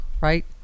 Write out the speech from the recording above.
right